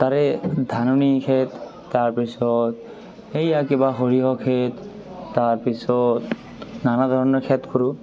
তাৰে ধাননি খেত তাৰপিছত সেইয়া কিবা সৰিয়হ খেত তাৰপিছত নানা ধৰণৰ খেত কৰোঁ